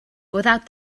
without